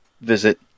visit